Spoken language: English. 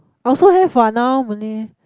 I also have what now malay